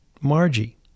Margie